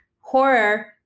horror